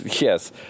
Yes